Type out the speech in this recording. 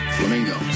Flamingo